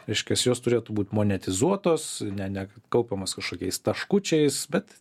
reiškias jos turėtų būt monetizuotos ne ne kaupiamos kažkokiais taškučiais bet